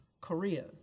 Korea